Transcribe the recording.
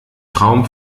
traum